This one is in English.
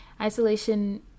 Isolation